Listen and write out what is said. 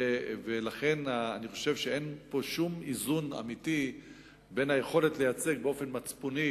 ולכן אין פה שום איזון אמיתי בין היכולת לייצג באופן מצפוני